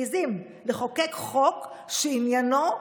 מעיזים לחוקק חוק שעניינו,